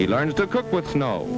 he learned to cook with snow